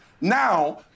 now